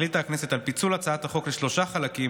החליטה הכנסת על פיצול הצעת החוק לשלושה חלקים